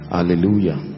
Hallelujah